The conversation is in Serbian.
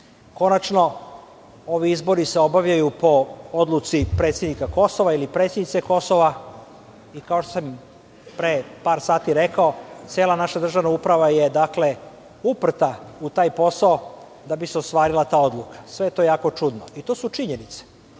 Kosova. Konačno ovi izbori se obavljaju po odluci predsednika Kosova ili predsednice Kosova i kao što sam pre par sati rekao cela naša državna uprava je uprta u taj posao da bi se ta odluka ostvarila. Sve je to jako čudno i to su činjenice.